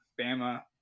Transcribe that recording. Bama